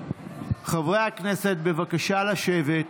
חברי הכנסת, בבקשה לשבת.